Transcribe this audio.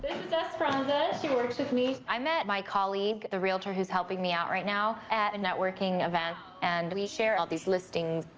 is esperanza. she works with me. i met my colleague, the realtor who's helping me out right now, at a and networking event, and we share all these listings.